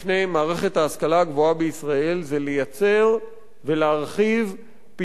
ההשכלה הגבוהה בישראל זה לייצר ולהרחיב פתרונות